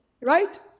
right